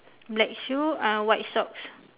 black shoes uh white socks